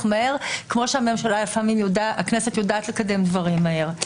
מהר כמו שהכנסת יודעת לקדם דברים מהר.